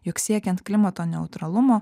jog siekiant klimato neutralumo